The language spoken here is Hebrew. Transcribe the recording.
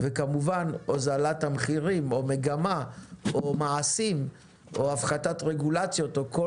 תהיה חייבת להיות משמעותית ונותנת את